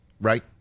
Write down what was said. Right